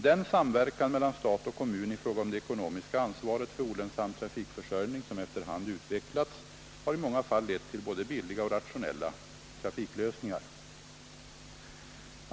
Den samverkan mellan stat och kommun i fråga om det ekonomiska ansvaret för olönsam trafikförsörjning som efter hand utvecklats har i många fall lett till både billiga och rationella trafiklösningar.